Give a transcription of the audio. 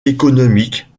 économique